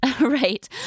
Right